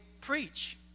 preach